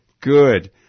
Good